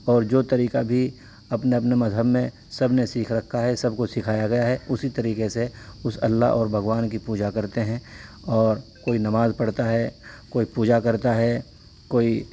اورجو طریقہ بھی اپنے اپنے مذہب میں سب نے سیکھ رکھا ہے سب کو سکھایا گیا ہے اسی طریقے سے اس اللہ اور بھگوان کی پوجا کرتے ہیں اور کوئی نماز پڑھتا ہے کوئی پوجا کرتا ہے کوئی